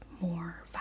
more